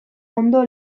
ondo